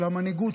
של המנהיגות,